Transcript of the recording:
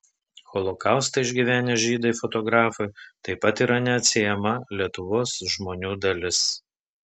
holokaustą išgyvenę žydai fotografui taip pat yra neatsiejama lietuvos žmonių dalis